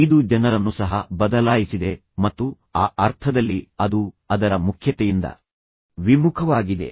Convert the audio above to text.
ಇದು ಜನರನ್ನು ಸಹ ಬದಲಾಯಿಸಿದೆ ಮತ್ತು ಆ ಅರ್ಥದಲ್ಲಿ ಅದು ಅದರ ಮುಖ್ಯತೆಯಿಂದ ವಿಮುಖವಾಗಿದೆ